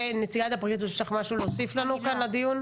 נציגת הפרקליטות יש לך משהו להוסיף לנו כאן לדיון?